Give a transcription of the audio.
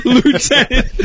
Lieutenant